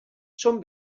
són